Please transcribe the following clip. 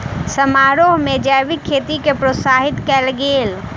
समारोह में जैविक खेती के प्रोत्साहित कयल गेल